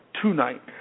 tonight